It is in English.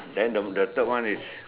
then the the third one is